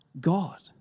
God